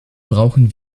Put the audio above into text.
brauchen